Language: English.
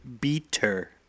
beater